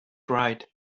write